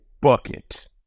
bucket